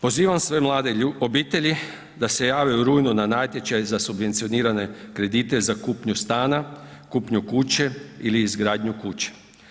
Pozivam sve mlade obitelji da se jave u rujnu na natječaj za subvencionirane kredite za kupnju stana, kupnju kuće ili izgradnju kuće.